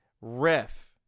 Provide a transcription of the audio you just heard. ref